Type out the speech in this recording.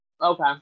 Okay